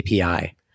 api